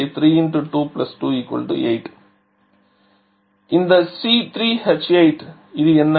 இந்த C3H8 இது என்ன